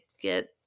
get